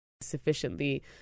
sufficiently